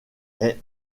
est